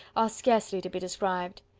are scarcely to be described.